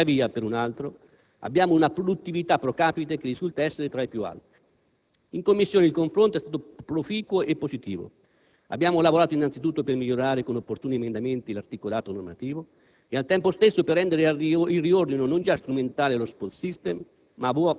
E tuttavia, per un altro, abbiamo una produttività *pro capite* che risulta essere tra le più alte. In Commissione il confronto è stato proficuo e positivo. Abbiamo lavorato innanzitutto per migliorare con opportuni emendamenti l'articolato normativo e, al tempo stesso, per rendere il riordino non già strumentale allo *spoils